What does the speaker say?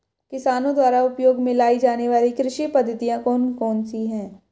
किसानों द्वारा उपयोग में लाई जाने वाली कृषि पद्धतियाँ कौन कौन सी हैं?